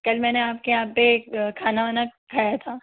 कल मैंने आपके यहाँ पर खाना वाना खाया था